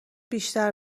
بیشتر